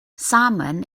salmon